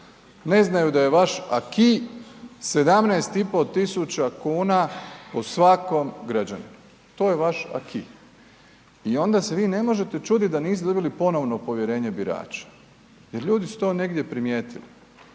građaninu. To je vaš .../Govornik se ne razumije./... . I onda se vi ne možete čuditi da niste dobili ponovno povjerenje birača, jer ljudi su to negdje primijetili.